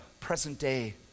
present-day